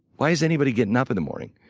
why is anybody getting up in the morning?